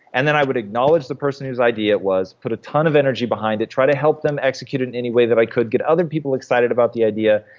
and then i would acknowledge the person whose idea it was, put a ton of energy behind it, try to help them execute in any way that i could, get other people excited about the idea,